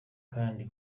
kandi